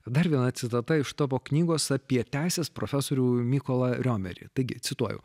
dar viena citata iš tavo knygos apie teisės profesorių mykolą riomerį taigi cituoju